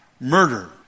murder